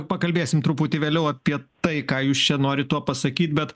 pakalbėsim truputį vėliau apie tai ką jūs čia norit tuo pasakyt bet